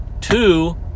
Two